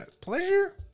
pleasure